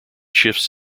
shifts